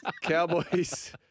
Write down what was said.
Cowboys